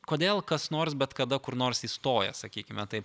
kodėl kas nors bet kada kur nors įstoja sakykime taip